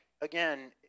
again